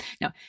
no